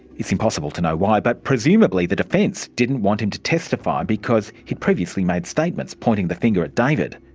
it's impossible to know why but presumably the defence didn't want him to testify because he'd previously made statements pointing the finger at david.